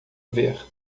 ver